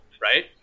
right